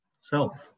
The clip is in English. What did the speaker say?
self